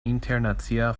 internacia